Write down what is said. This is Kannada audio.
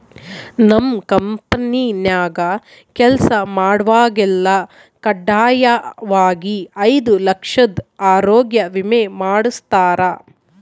ನಮ್ ಕಂಪೆನ್ಯಾಗ ಕೆಲ್ಸ ಮಾಡ್ವಾಗೆಲ್ಲ ಖಡ್ಡಾಯಾಗಿ ಐದು ಲಕ್ಷುದ್ ಆರೋಗ್ಯ ವಿಮೆ ಮಾಡುಸ್ತಾರ